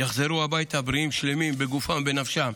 יחזרו הביתה בריאים ושלמים בגופם ובנפשם,